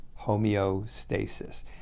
homeostasis